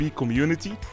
community